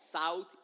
south